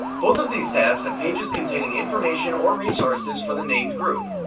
both of these tabs have pages containing information or resources for the named group.